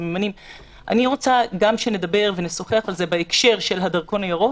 אני רוצה שנדבר על זה ונשוחח בהקשר של הדרכון הירוק,